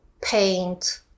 paint